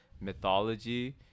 mythology